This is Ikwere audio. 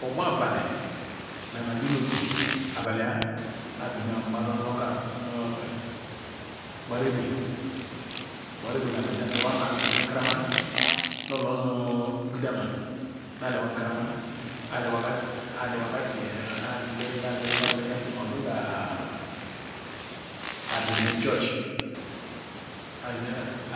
Ogwa obali nri nu otu ayi bido gba knockout gbara egbe ni abali izuam liwama gweme nkiwama noh oloh nu agidama na aliwa nkawama aliwaga aliwaga bii odu nga beze church ayi